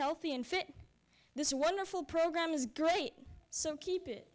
healthy and fit this wonderful program is great so keep it